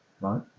Right